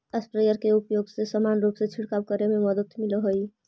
sprayer के उपयोग से समान रूप से छिडकाव करे में मदद मिलऽ हई